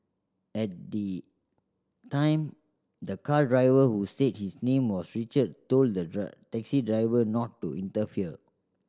at the time the car driver who said his name was Richard told the taxi driver not to interfere